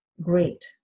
great